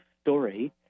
story